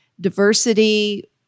diversity